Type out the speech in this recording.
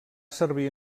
servir